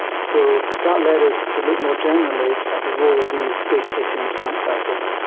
so that led us to look more generally at the role of these big-hitting plant collectors.